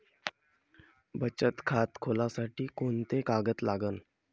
बचत खात खोलासाठी कोंते कागद लागन?